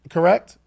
Correct